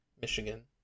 Michigan